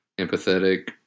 empathetic